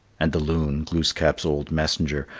and the loon, glooskap's old messenger,